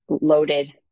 loaded